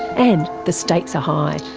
and the stakes are high.